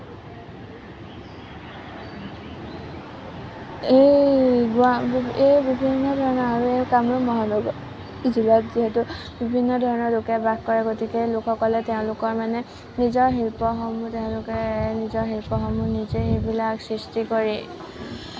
এই বিভিন্ন ধৰণৰ কামৰূপ মহানগৰ জিলাত যিহেতু বিভিন্ন ধৰণৰ লোকে বাস কৰে গতিকে লোকসকলে তেওঁলোকৰ মানে নিজৰ শিল্পসমূহ তেওঁলোকে নিজৰ শিল্পসমূহ নিজে সেইবিলাক সৃষ্টি কৰি